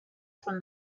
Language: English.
from